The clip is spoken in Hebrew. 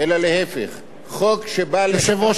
חוק שבא לחבר יושב-ראש הסיעה הנכבדה,